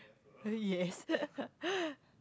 uh yes